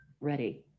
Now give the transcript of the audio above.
ready